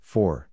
Four